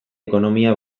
ekonomia